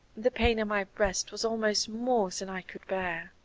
the pain in my breast was almost more than i could bear.